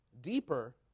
Deeper